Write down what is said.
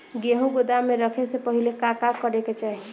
गेहु गोदाम मे रखे से पहिले का का करे के चाही?